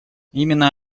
именно